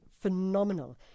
phenomenal